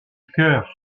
cœur